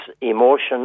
emotion